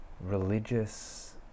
religious